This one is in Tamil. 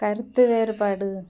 கருத்து வேறுபாடு